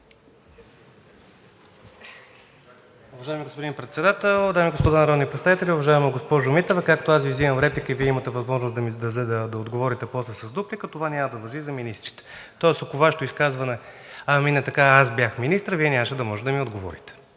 Уважаеми господин Председател, дами и господа народни представители! Уважаема госпожо Митева, както аз Ви вземам реплики и Вие имате възможност да отговорите после с дуплика, това няма да важи за министрите. Тоест, ако Вашето изказване мине така, а аз бях министър, Вие нямаше да можете да ми отговорите.